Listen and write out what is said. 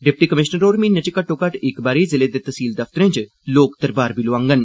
deputy commissioner होर म्हीने च घट्टोघट्ट इक बारी जिले दे तैहसील दफ्तरें च लोक दरबार बी लोआङन